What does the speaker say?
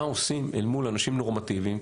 מה עושים אל מול אנשים נורמטיביים,